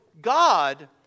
God